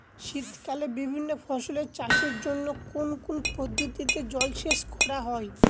শীতকালে বিভিন্ন ফসলের চাষের জন্য কোন কোন পদ্ধতিতে জলসেচ করা হয়?